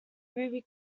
ruby